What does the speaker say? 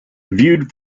viewed